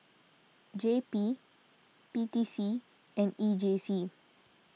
J P P T C and E J C